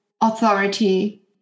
authority